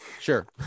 Sure